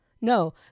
no